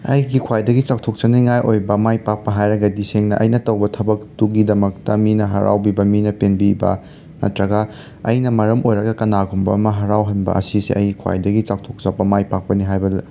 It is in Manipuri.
ꯑꯩꯒꯤ ꯈ꯭ꯋꯥꯏꯗꯒꯤ ꯆꯥꯎꯊꯣꯛꯆꯅꯤꯡꯉꯥꯏ ꯑꯣꯏꯕ ꯃꯥꯏ ꯄꯥꯛꯄ ꯍꯥꯏꯔꯒꯗꯤ ꯁꯦꯡꯅ ꯑꯩꯅ ꯇꯧꯕ ꯊꯕꯛ ꯇꯨꯒꯤꯗꯃꯛꯇ ꯃꯤꯅ ꯍꯔꯥꯎꯕꯤꯕ ꯃꯤꯅ ꯄꯦꯟꯕꯤꯕ ꯅꯠꯇ꯭ꯔꯒ ꯑꯩꯅ ꯃꯔꯝ ꯑꯣꯏꯔꯒ ꯀꯅꯥꯒꯨꯝꯕ ꯑꯃ ꯍꯔꯥꯎꯍꯟꯕ ꯑꯁꯤꯁꯦ ꯑꯩꯒꯤ ꯈ꯭ꯋꯥꯏꯗꯒꯤ ꯆꯥꯎꯊꯣꯛꯆꯕ ꯃꯥꯏ ꯄꯥꯛꯄꯅꯤ ꯍꯥꯏꯕꯗꯣ